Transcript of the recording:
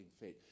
faith